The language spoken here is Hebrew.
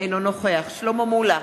אינו נוכח שלמה מולה,